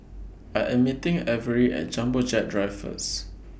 I Am meeting Avery At Jumbo Jet Drive First